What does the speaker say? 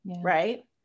right